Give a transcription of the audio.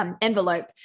envelope